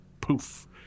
poof